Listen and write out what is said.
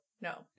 No